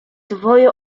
dwoje